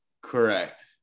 Correct